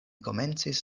komencis